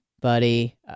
buddy